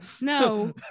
No